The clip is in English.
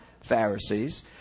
Pharisees